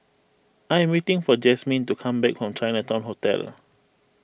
I am waiting for Jazmine to come back from Chinatown Hotel